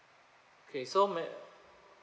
okay so may